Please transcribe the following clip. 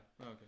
okay